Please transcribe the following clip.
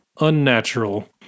unnatural